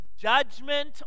judgment